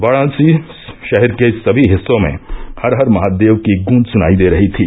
वाराणसी षहर के सभी हिस्सों में हर हर महादेव की गूंज सुनाई दे रही थी